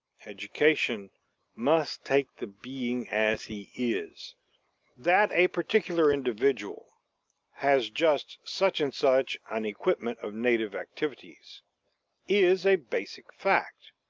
education must take the being as he is that a particular individual has just such and such an equipment of native activities is a basic fact.